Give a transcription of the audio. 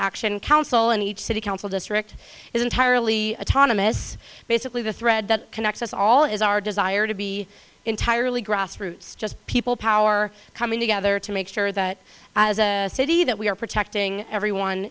action council and each city council district is entirely autonomy this basically the thread that connects us all is our desire to be entirely grassroots just people power coming together to make sure that as a city that we are protecting everyone